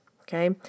Okay